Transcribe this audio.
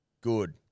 Good